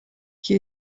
qui